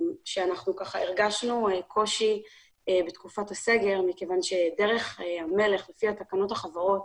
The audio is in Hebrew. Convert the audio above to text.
הרגשנו קושי בתקופת הסגר מכיוון שדרך המלך לפי תקנות החברות,